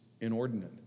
inordinate